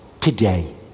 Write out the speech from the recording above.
today